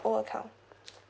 old account